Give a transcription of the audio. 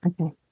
Okay